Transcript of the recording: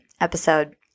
episode